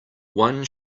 one